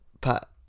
Pat